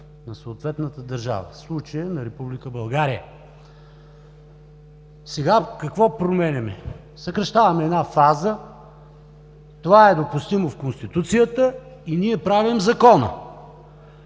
на съответната държава, в случая на Република България. Сега какво променяме? Съкращаваме една фаза – това е допустимо в Конституцията, и ние правим закона.